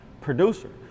producer